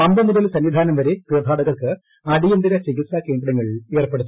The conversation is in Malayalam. പമ്പ മുതൽ സന്നിധാനം വരെ തീർത്ഥാടകർക്ക് അടിയന്തര ചികിത്സാ കേന്ദ്രങ്ങൾ ഏർപ്പെടുത്തും